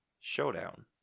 showdown